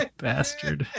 bastard